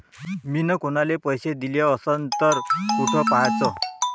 मिन कुनाले पैसे दिले असन तर कुठ पाहाचं?